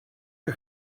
que